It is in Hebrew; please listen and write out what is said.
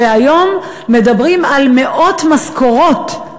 היום מדברים על מאות משכורות,